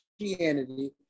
Christianity